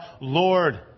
Lord